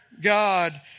God